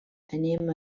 anem